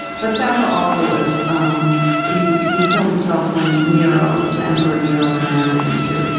but seneca also was um he he killed himself when nero, the emperor nero, commanded him to.